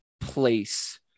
place